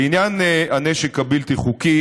לעניין הנשק הבלתי-חוקי,